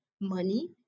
money